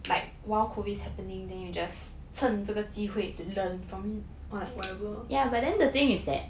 like while COVID is happening then you just 趁这个机会 to learn from him ya whatever